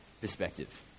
perspective